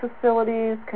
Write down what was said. facilities